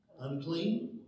unclean